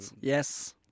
yes